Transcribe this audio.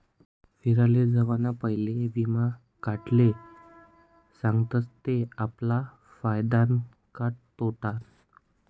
फिराले जावाना पयले वीमा काढाले सांगतस ते आपला फायदानं का तोटानं